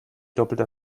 doppelter